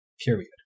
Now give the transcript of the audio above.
period